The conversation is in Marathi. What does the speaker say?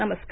नमस्कार